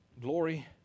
glory